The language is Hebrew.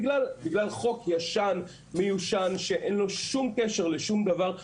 בגלל חוק ישן שאין לו שום קשר לשום דבר,